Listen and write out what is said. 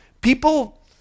people